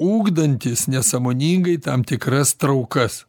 ugdantis nesąmoningai tam tikras traukas